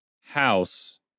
house